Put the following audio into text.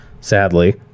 sadly